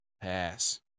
pass